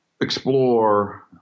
explore